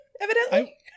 evidently